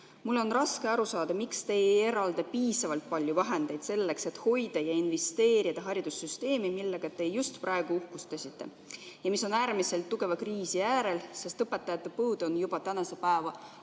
Mul on raske aru saada, miks te ei eralda piisavalt palju vahendeid selleks, et hoida ja investeerida haridussüsteemi, millega te just praegu uhkustasite, ent mis on äärmiselt tugeva kriisi äärel, sest õpetajate põud on juba tänase päeva